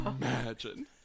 imagine